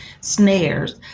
snares